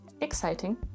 exciting